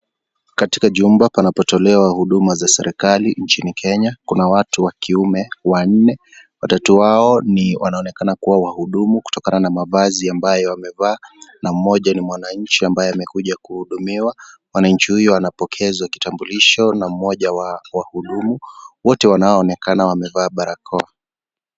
Katika jumba panapo tolewa huduma za serikali nchini Kenya kuna watu wa kiume wanne watatu wao ni wanaonekana kuwa wahudumu kutokana na mavazi ambayo wamevaa na mmoja ni mwananchi ambaye amekuja kuhudumiwa . Mwananchi huyu anapokezwa kitambulisho na mmoja wa wahudumu . Wote wanaonekana wamevaa barakoa.